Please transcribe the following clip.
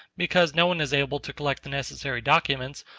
because no one is able to collect the necessary documents,